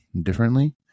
differently